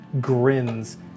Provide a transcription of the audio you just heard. grins